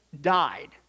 died